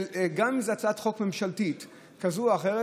גם אם זו הצעת חוק ממשלתית כזו או אחרת,